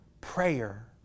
prayer